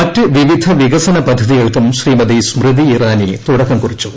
മറ്റ് വിവിധ വികസന പദ്ധതികൾക്കും ശ്രീമതി സ്മൃതി ഇറാനി തുടക്കം കുറിച്ചു